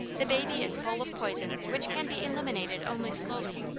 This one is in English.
the baby is full of poison which can be eliminated only slowly.